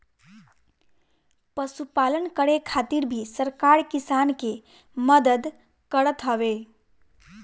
पशुपालन करे खातिर भी सरकार किसान के मदद करत हवे